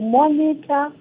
monitor